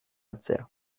hartzea